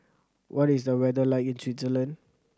what is the weather like in Switzerland